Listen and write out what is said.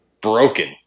broken